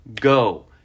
go